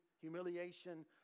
humiliation